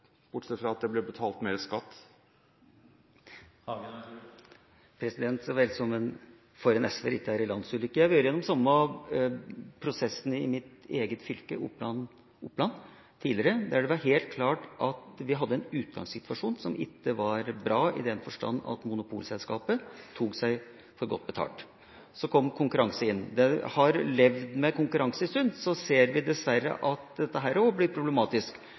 bortsett fra at det ble betalt mer skatt? Dette er for en SV-er ikke en landsulykke. Jeg har vært gjennom den samme prosessen tidligere i mitt eget fylke, Oppland, der det var helt klart at vi hadde en utgangssituasjon som ikke var bra, i den forstand at monopolselskapet tok seg for godt betalt. Så ble det konkurranse. Der vi har levd med konkurranse en stund, ser vi dessverre at dette også blir problematisk,